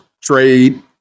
trade